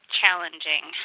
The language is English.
challenging